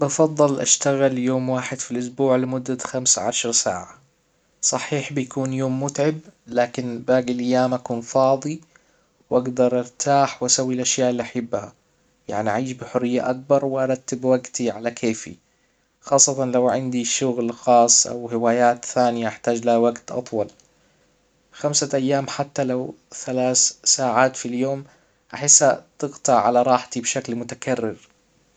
بفضل اشتغل يوم واحد في الاسبوع لمدة خمسة عشر ساعة صحيح بيكون يوم متعب لكن باقي الايام اكون فاضي واقدر ارتاح واسوي الاشياء اللي احبها يعني اعيش بحرية اكبر وارتب وقتي على كيفي خاصة لو عندي شغل خاص او هوايات ثانية احتاج لها وقت اطول خمسة ايام حتى لو ثلاث ساعات في اليوم احسها تقطع على راحتي بشكل متكرر